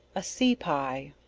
a sea pie.